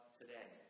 today